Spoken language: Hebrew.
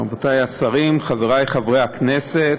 רבותי השרים, חברי חברי הכנסת,